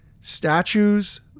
statues